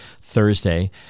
Thursday